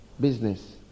business